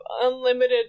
unlimited